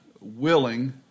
willing